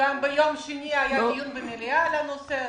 וגם ביום שני היה דיון במליאה על הנושא הזה.